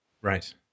Right